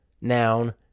noun